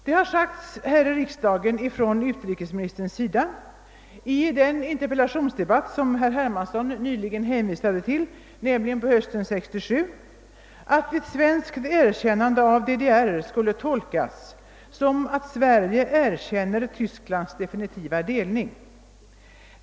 Det har sagts här i riksdagen från utrikesministerns sida — i den interpellationsdebatt hösten 1967 som herr Hermansson nyligen hänvisade till — att ett svenskt erkännande av DDR skulle tolkas som att Sverige erkänner Tysklands definitiva delning.